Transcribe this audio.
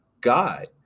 God